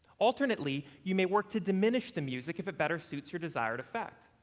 alternately, you may work to diminish the music if it better suits your desired effect.